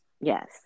Yes